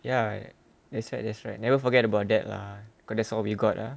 ya that's right that's right never forget about that lah because that's all you got lah